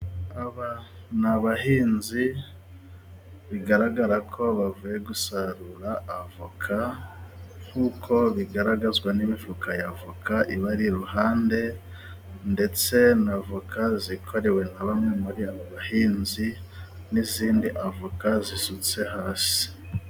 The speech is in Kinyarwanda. Aba ni abahinzi bigaragara ko bavuye gusarura avoka, nk'uko bigaragazwa n'imifuka ya avoka ibari iruhande ndetse na avoka zikorewe na bamwe mu bahinzi n'izindi avoka zisutse hasi.